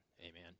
Amen